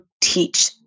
teach